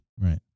right